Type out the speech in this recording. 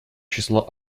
число